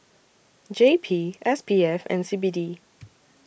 J P S P F and C B D